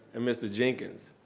and mr. jenkins.